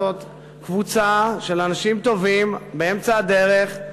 זאת קבוצה של אנשים טובים באמצע הדרך,